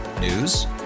News